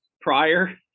prior